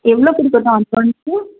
எவ்வளோ கொடுக்கட்டும் அட்வான்ஸு